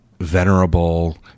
venerable